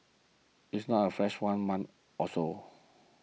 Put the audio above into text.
it is not a flash of one month or so